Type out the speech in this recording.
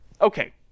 Okay